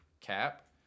cap